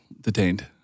detained